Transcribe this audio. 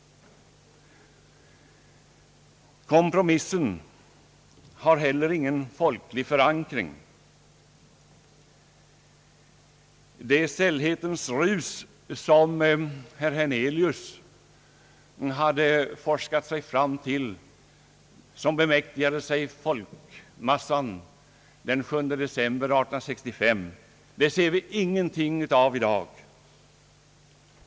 Kompromissen har inte heller någon folklig förankring. Det »sällhetens rus» som herr Hernelius hade forskat sig fram till beträffande folkets reaktioner den 7 december 1865 ser vi ingenting av i dag.